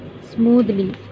Smoothly